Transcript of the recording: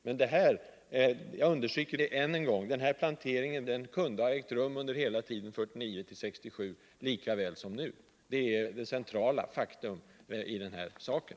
Men den här planteringen — jag understryker det än en gång — kunde ha ägt rum under hela tiden 1949-1967 lika väl som nu. Det är det centrala i den här saken.